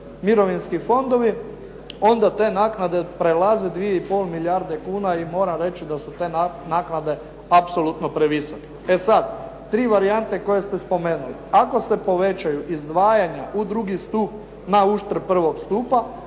mirovinski fondovi onda te naknade prelaze 2,5 milijarde kuna i moram reći da su te naknade apsolutno previsoke. E sad, tri varijante koje ste spomenuli. Ako se povećaju izdvajanja u drugi stup na uštrb prvog stupa